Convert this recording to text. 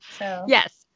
Yes